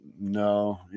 no